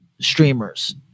streamers